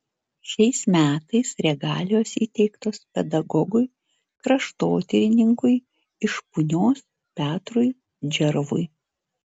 šiais metais regalijos įteiktos pedagogui kraštotyrininkui iš punios petrui džervui